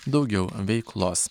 daugiau veiklos